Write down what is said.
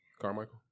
Carmichael